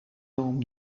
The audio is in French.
temples